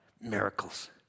miracles